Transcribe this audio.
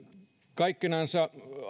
kaikkinensa